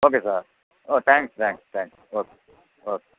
okay sir thanks thanks thanks okay okay